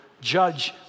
judge